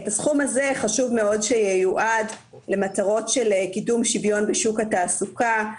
חשוב מאוד שהסכום הזה ייועד למטרות של קידום שוויון בשוק התעסוקה.